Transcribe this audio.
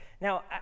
Now